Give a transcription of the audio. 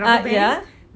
ah yeah